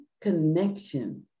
connection